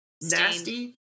nasty